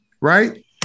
right